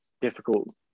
difficult